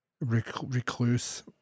Recluse